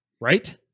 right